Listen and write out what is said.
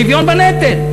שוויון בנטל.